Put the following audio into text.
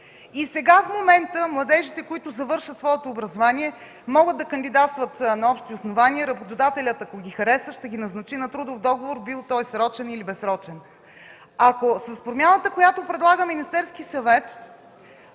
И сега, в момента, младежите, които завършват своето образование, могат да кандидатстват на общи основания. Работодателят, ако ги хареса, ще ги назначи на трудов договор – бил той срочен или безсрочен. С промяната, която предлага Министерският съвет,